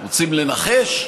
רוצים לנחש?